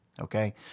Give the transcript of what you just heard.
Okay